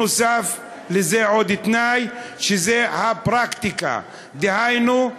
נוסף על זה, עוד תנאי: שזו הפרקטיקה, דהיינו,